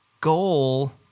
goal